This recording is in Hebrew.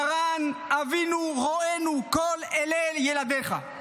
מרן, אבינו רוענו, כל אלה ילדיך.